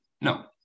No